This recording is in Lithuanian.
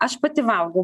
aš pati valgau